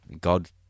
god